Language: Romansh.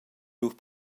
lur